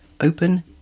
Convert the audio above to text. open